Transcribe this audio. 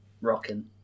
Rocking